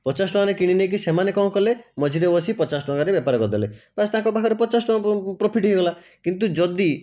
ପଚାଶ ଟଙ୍କାରେ କିଣି ନେଇକି ସେମାନେ କଣ କଲେ ମଝିରେ ବସି ପଚାଶ ଟଙ୍କାରେ ବେପାର କରି ଦେଲେ ବାସ ତାଙ୍କ ପାଖରେ ପଚାଶ ଟଙ୍କା ପ୍ରୋଫିଟ୍ ହେଇଗଲା କିନ୍ତୁ ଯଦି